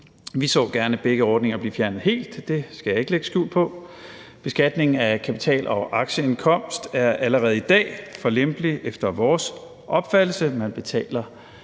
Vi så gerne begge ordninger blive fjernet helt, det skal jeg ikke lægge skjul på. Beskatning af kapital- og aktieindkomst er allerede i dag for lempelig efter vores opfattelse.